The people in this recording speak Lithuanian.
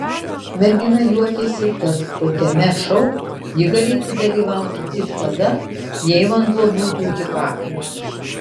mergina juokėsi kad tokiame šou ji galėtų dalyvauti tik tada jei vanduo būtų iki kaklo